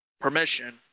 permission